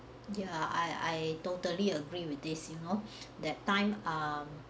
ya I I totally agree with this you know that time um